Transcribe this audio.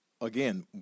again